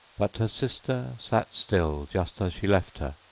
but her sister sat still just as she left her,